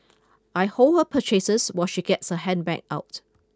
I hold her purchases while she gets her handbag out